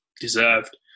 deserved